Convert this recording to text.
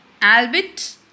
Albert